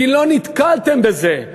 כי לא נתקלתם בזה.